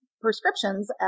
prescriptions